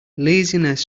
laziness